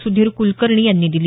सुधीर कुलकर्णी यांनी दिली